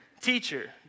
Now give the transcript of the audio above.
teacher